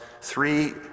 three